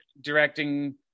directing